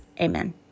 Amen